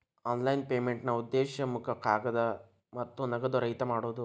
online ಪೇಮೆಂಟ್ನಾ ಉದ್ದೇಶ ಮುಖ ಕಾಗದ ಮತ್ತ ನಗದು ರಹಿತ ಮಾಡೋದ್